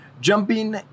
jumping